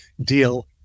deal